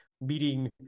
meeting